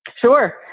Sure